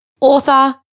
author